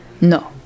no